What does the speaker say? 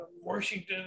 Washington